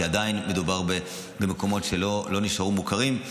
כי עדיין מדובר במקומות שלא נשארו מוכרים.